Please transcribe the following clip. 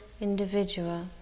individual